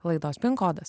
laidos pink kodas